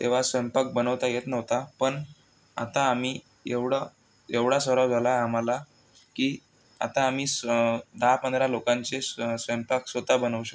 तेव्हा स्वयंपाक बनावता येत नव्हता पन आता आमी एवढं एवढा सराव झालाय आम्हाला की आता आमी स दहा पंधरा लोकांचे स स्वयंपाक स्वता बनवू शक्